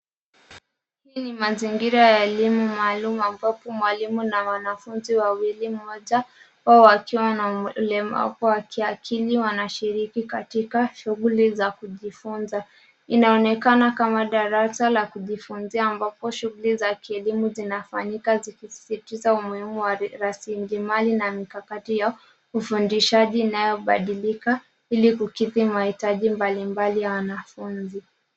Hii ni mazingira ya elimu maalum ambapo mwalimu na wanafunzi wawili, mmoja wao akiwa na ulemavu wa kiakili wanashiriki katika shughuli za kujifunza. Inaonekana kama darasa la kujifunzia ambapo shughuli za kielimu zinafanyika zikisisitiza umuhimu wa rasilimali na mikakati ya ufundishaji inayobadilika ili kukidhi mahitaji mbalimbali ya wanafunzi.